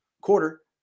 Quarter